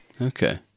Okay